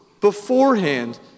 beforehand